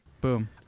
Boom